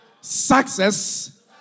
success